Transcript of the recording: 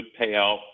payout